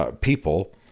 people